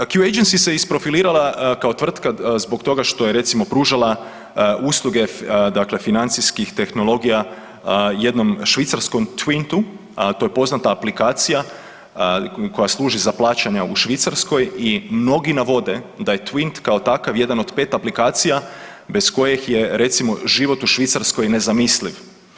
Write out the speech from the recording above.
Q agency se isprofilirala kao tvrtka zbog toga što je recimo pružala usluge dakle financijskih tehnologija jednom švicarskom … to je poznata aplikacija koja služi za plaćanje u Švicarskoj i mnogi navode da je … kao takav, jedan od 5 aplikacija bez kojih je recimo život u Švicarskoj nezamisliv.